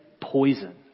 poison